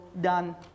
done